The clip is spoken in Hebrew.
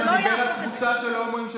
מה זה קשור להומואים?